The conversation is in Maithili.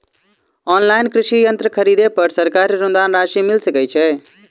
ऑनलाइन कृषि यंत्र खरीदे पर सरकारी अनुदान राशि मिल सकै छैय?